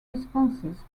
responses